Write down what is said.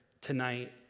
tonight